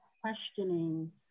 questioning